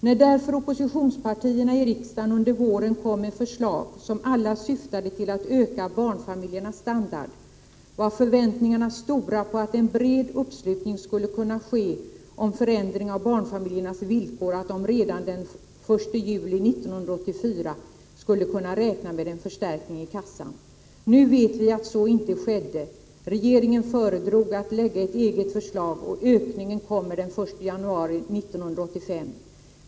När därför oppositionspartierna i riksdagen under våren kom med förslag, som alla syftade till att öka barnfamiljernas standard, var förväntningarna stora på att en bred uppslutning skulle kunna ske om förändring av barnfamiljernas villkor och att de redan den 1 juli 1984 skulle kunna räkna med en förstärkning i kassan. Nu vet vi att så inte skedde. Regeringen föredrog att lägga ett eget förslag och ökningen kommer den 1 januari 1985.